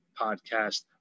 podcast